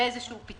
באיזשהו פתרון.